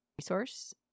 resource